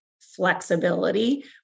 flexibility